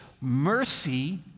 mercy